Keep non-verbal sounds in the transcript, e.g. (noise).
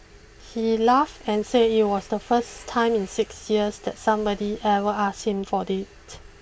he laughed and said it was the first time in six years that somebody ever asked him for (unintelligible)